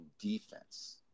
defense